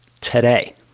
today